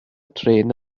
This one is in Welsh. trên